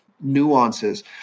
nuances